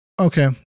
Okay